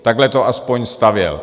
Takhle to aspoň stavěl.